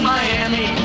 Miami